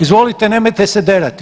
Izvolite nemojte se derati.